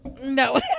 No